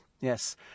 Yes